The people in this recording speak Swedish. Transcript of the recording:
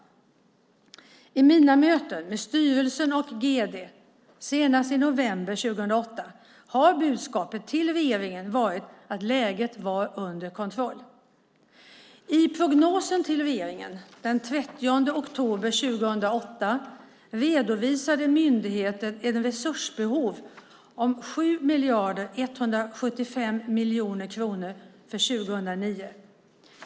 I mina möten med styrelsen och gd, senast i november 2008, har budskapet till regeringen varit att läget är under kontroll. I prognosen till regeringen den 30 oktober 2008 redovisade myndigheten ett resursbehov om 7 175 miljoner kronor för 2009.